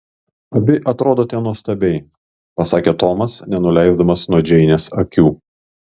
abi atrodote nuostabiai pasakė tomas nenuleisdamas nuo džeinės akių